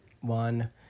one